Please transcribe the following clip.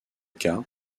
cas